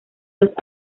los